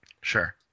Sure